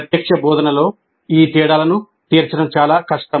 ప్రత్యక్ష బోధనలో ఈ తేడాలను తీర్చడం చాలా కష్టం